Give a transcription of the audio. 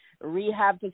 rehab